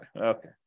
Okay